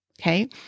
okay